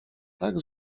tak